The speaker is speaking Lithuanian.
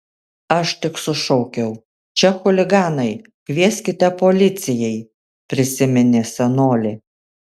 aš tik sušaukiau čia chuliganai kvieskite policijai prisiminė senolė